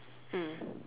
mm